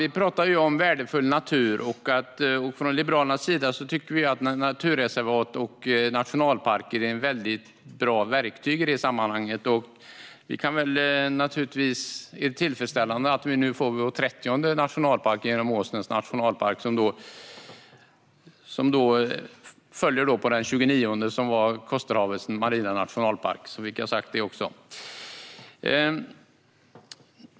Vi talar om värdefull natur, och Liberalerna tycker att naturreservat och nationalparker är ett bra verktyg i det sammanhanget. Det är tillfredsställande att vi nu får vår trettionde nationalpark genom Åsnens nationalpark. Den följer på den tjugonionde, Kosterhavets nationalpark - så fick jag sagt det också.